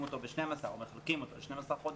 אותו ב-12 או מחלקים אותו ל-12 חודשים